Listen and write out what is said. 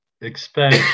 expect